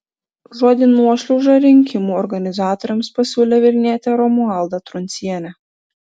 žodį nuošliauža rinkimų organizatoriams pasiūlė vilnietė romualda truncienė